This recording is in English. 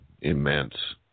immense